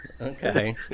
Okay